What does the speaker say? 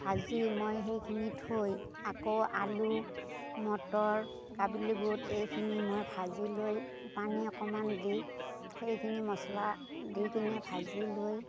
ভাজি মই সেইখিনি থৈ আকৌ আলু মটৰ কাবুলি বুট এইখিনি মই ভাজি লৈ পানী অকমান দি সেইখিনি মচলা দি কিনে ভাজি লৈ